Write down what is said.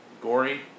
gory